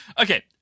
Okay